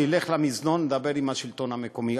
שילך למזנון וידבר עם השלטון המקומי.